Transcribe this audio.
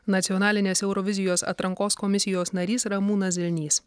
nacionalinės eurovizijos atrankos komisijos narys ramūnas zilnys